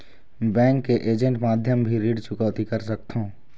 Bank के agent माध्यम भी ऋण चुकौती कर सकथों?